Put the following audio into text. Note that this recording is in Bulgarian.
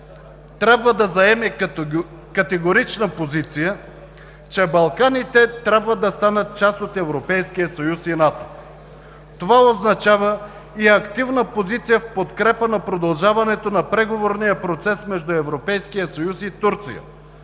трябва да заеме категорична позиция, че Балканите трябва да станат част от Европейския съюз и НАТО. Това означава и активна позиция в подкрепа на продължаването на преговорния процес между Европейския съюз и Турция.